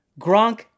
Gronk